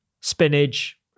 spinach